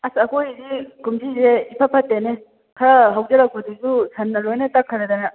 ꯑꯁ ꯑꯩꯈꯣꯏꯗꯤ ꯀꯨꯝꯁꯤꯁꯦ ꯏꯐꯠ ꯐꯠꯇꯦꯅꯦ ꯈꯔ ꯍꯧꯖꯔꯛꯄꯗꯨꯁꯨ ꯁꯟꯅ ꯂꯣꯏꯅ ꯇꯛꯈ꯭ꯔꯦꯗꯅ